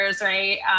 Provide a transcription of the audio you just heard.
right